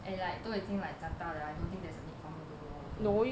and like 都已经 like 长大了 I don't think there is a need for me to go also